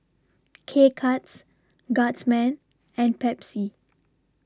K Cuts Guardsman and Pepsi